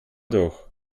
doch